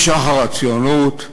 משחר הציונות,